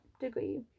degree